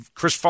Chris